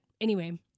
anyway-